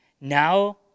now